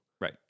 Right